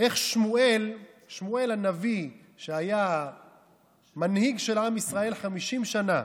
איך שמואל הנביא, שהיה מנהיג של עם ישראל 50 שנה,